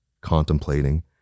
contemplating